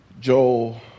Joel